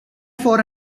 for